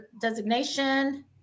designation